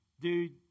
Dude